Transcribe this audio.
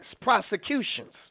prosecutions